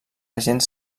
agents